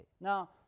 Now